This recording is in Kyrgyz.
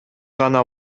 гана